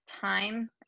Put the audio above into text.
time